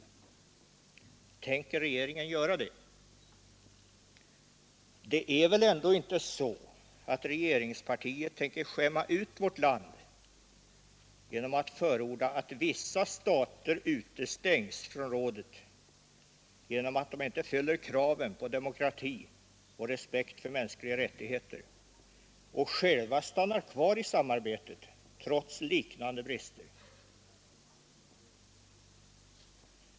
Tänker regeringen göra det? Regeringspartiet tänker väl inte skämma ut vårt land genom att förorda att vissa stater utestängs från rådet därför att de inte fyller kraven på demokrati och respekt för mänskliga rättigheter, medan Sverige stannar kvar i samarbetet trots liknande brister?